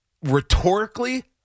rhetorically